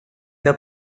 the